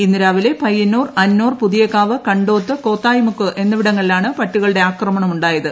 ഇന്ന് രാവിലെ Payyannur Annur Puthiyakavu Kandoth Kothayimukku എന്നിവിടങ്ങളിലാണ് പട്ടികളുടെ ആക്രമമുണ്ടായത്